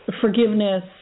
Forgiveness